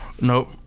nope